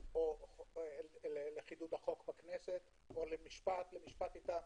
או לחידוד החוק בכנסת או למשפט איתם.